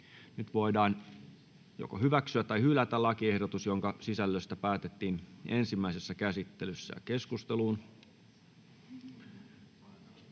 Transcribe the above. Nyt voidaan hyväksyä tai hylätä lakiehdotukset, joiden sisällöstä päätettiin ensimmäisessä käsittelyssä. Keskusteluun.